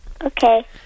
Okay